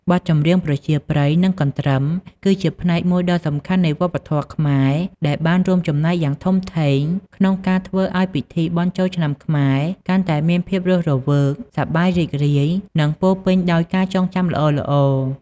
បទចម្រៀងប្រជាប្រិយ និងកន្ទ្រឹម គឺជាផ្នែកមួយដ៏សំខាន់នៃវប្បធម៌ខ្មែរ ដែលបានរួមចំណែកយ៉ាងធំធេងក្នុងការធ្វើឱ្យពិធីបុណ្យចូលឆ្នាំខ្មែរកាន់តែមានភាពរស់រវើក សប្បាយរីករាយ និងពោរពេញដោយការចងចាំល្អៗ។